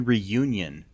Reunion